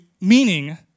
meaning